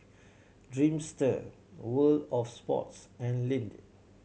Dreamster World Of Sports and Lindt